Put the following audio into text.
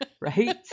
right